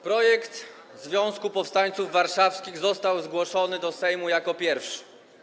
Projekt Związku Powstańców Warszawskich został zgłoszony do Sejmu jako pierwszy.